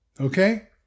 Okay